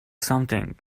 something